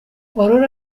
aurore